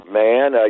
man